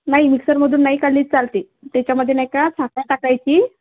नाही मिक्सरमधून नाही काढली तर चालते त्याच्यामध्ये नाही का साखर टाकायची